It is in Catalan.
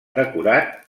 decorat